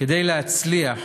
כדי להצליח: